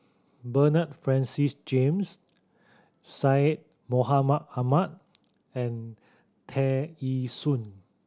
Bernard Francis James Syed Mohamed Ahmed and Tear Ee Soon